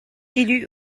élu